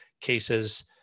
cases